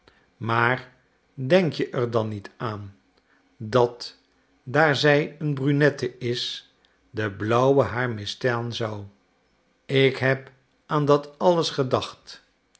maar denk je er dan niet aan dat daar zij een brunette is de blauwe haar misstaan zou ik heb aan dat alles gedacht